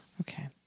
Okay